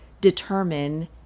determine